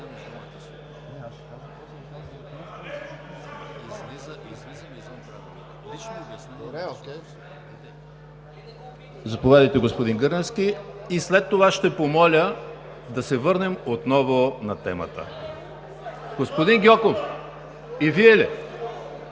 Заповядайте, господин Гърневски, и след това ще помоля да се върнем отново на темата. Господин Гьоков, и Вие ли?